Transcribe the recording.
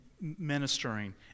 ministering